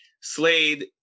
Slade